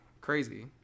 Crazy